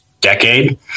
decade